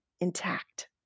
intact